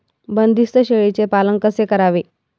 बंदिस्त शेळीचे पालन कसे करावे?